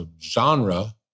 genre